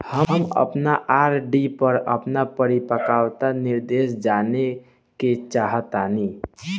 हम अपन आर.डी पर अपन परिपक्वता निर्देश जानेके चाहतानी